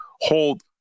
hold